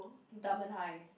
Dunman-High